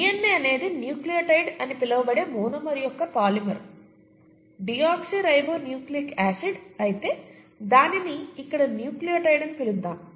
DNA అనేది nucleotide అని పిలువబడే మోనోమర్ యొక్క పాలిమర్ డియోక్సిరిబోన్యూక్లిక్ యాసిడ్ అయితే దానిని ఇక్కడ న్యూక్లియోటైడ్ అని పిలుద్దాం